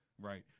Right